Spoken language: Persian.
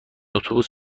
اتوبوس